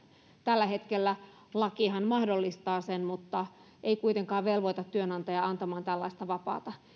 tällä hetkellä lakihan mahdollistaa sen mutta ei kuitenkaan velvoita työnantajaa antamaan tällaista vapaata